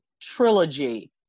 trilogy